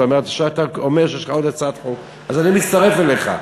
אתה אומר שיש לך עוד הצעת חוק, אז אני מצטרף אליך.